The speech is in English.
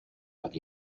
out